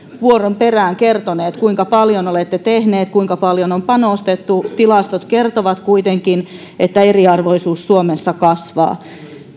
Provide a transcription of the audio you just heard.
vuoron perään kertoneet että kuinka paljon olette tehneet kuinka paljon on panostettu tilastot kertovat kuitenkin että eriarvoisuus suomessa kasvaa